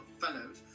fellows